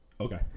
okay